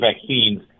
vaccines